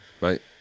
Right